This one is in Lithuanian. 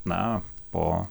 na po